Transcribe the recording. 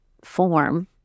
form